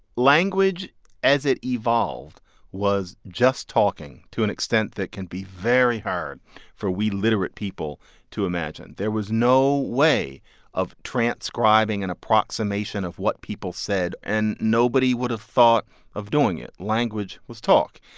language as it evolved was just talking to an extent that can be very hard for we literate people to imagine. there was no way of transcribing an approximation of what people said and nobody would have thought of doing it. language was talk.